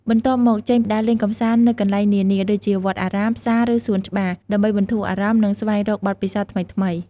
បន្ទាប់មក ចេញដើរលេងកម្សាន្តនៅកន្លែងនានា ដូចជាវត្តអារាម ផ្សារ ឬសួនច្បារ ដើម្បីបន្ធូរអារម្មណ៍ និងស្វែងរកបទពិសោធន៍ថ្មីៗ។